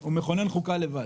הוא מכונן חוקה לבד.